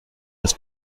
das